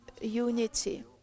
unity